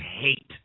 hate